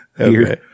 Okay